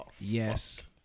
yes